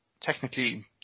Technically